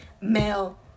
male